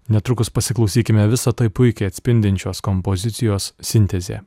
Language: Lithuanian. netrukus pasiklausykime visa tai puikiai atspindinčios kompozicijos sintezė